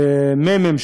המ"מים,